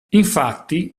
infatti